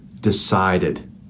decided